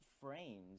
Frames